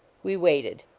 we waited.